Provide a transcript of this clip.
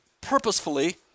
purposefully